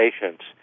patients